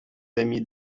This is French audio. amis